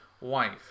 wife